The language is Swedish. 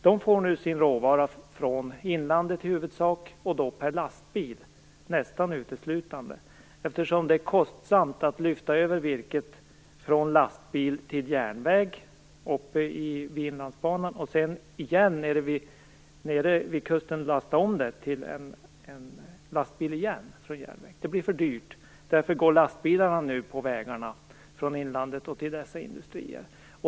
De får nu sin råvara i huvudsak från inlandet och nästan uteslutande per lastbil, eftersom det är kostsamt att lyfta över virket från lastbil till järnväg uppe vid Inlandsbanan och sedan lasta om det till lastbil igen nere vid kusten. Det blir för dyrt. Därför går lastbilarna nu på vägarna från inlandet till dessa industrier.